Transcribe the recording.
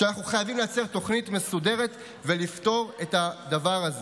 שאנחנו חייבים לייצר תוכנית מסודרת ולפתור את הדבר הזה.